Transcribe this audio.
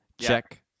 Check